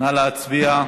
נא להצביע.